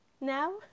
Now